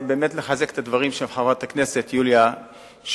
לחזק את הדברים של חברת הכנסת יוליה שמאלוב-ברקוביץ.